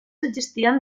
existeixen